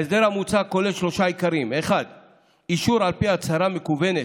ההסדר המוצע כולל שלושה עיקרים: 1. אישור על פי הצהרה מקוונת.